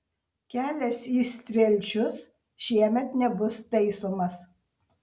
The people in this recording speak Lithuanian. kelias į strielčius šiemet nebus taisomas